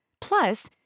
Plus